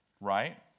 right